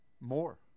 more